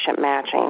matching